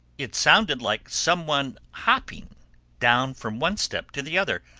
it sounded like some one hopping down from one step to the other,